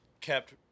kept